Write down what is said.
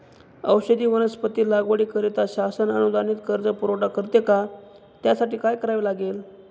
औषधी वनस्पती लागवडीकरिता शासन अनुदानित कर्ज पुरवठा करते का? त्यासाठी काय करावे लागेल?